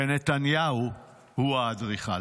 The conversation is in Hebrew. ונתניהו הוא האדריכל.